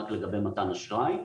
רק לגבי מתן אשראי,